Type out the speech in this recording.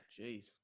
Jeez